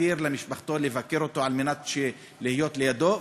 להתיר למשפחתו לבקר אותו על מנת להיות לידו,